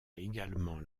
également